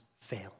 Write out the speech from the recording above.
fail